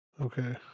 Okay